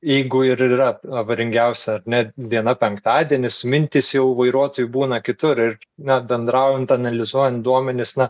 jeigu ir yra avaringiausia ar ne diena penktadienis mintys jau vairuotojų būna kitur ir net bendraujant analizuojant duomenis na